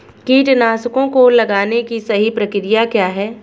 कीटनाशकों को लगाने की सही प्रक्रिया क्या है?